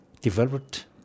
developed